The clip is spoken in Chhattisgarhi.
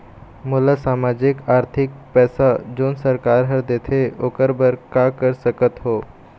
मोला सामाजिक आरथिक पैसा जोन सरकार हर देथे ओकर बर का कर सकत हो?